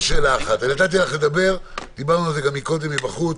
נתתי לך, דיברנו על זה גם קודם בחוץ.